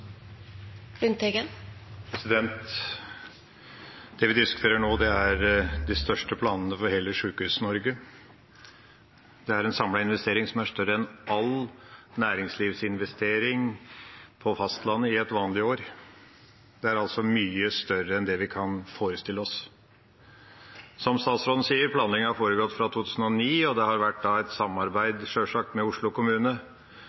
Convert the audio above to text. en samlet investering som er større enn all næringslivsinvestering på fastlandet i et vanlig år. Det er altså mye større enn det vi kan forestille oss. Som statsråden sier, har planleggingen foregått fra 2009, og det har sjølsagt vært et samarbeid med Oslo kommune.